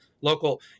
local